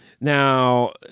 Now